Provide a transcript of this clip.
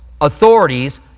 authorities